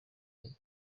zose